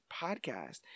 podcast